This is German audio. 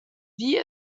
wie